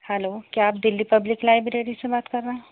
hello کیا آپ Delhi public library سے بات کر رہے ہیں